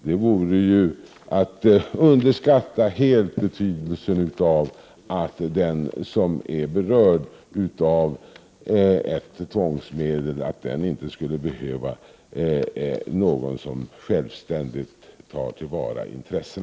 Det vore ju att helt underskatta betydelsen av att den som är berörd av ett tvångsmedel har någon som självständigt tar till vara hans intressen.